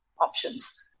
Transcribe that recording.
options